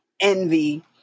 envy